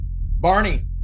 Barney